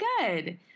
good